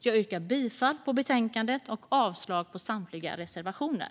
Jag yrkar bifall till utskottets förslag i betänkandet och avslag på samtliga reservationer.